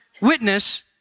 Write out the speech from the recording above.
witness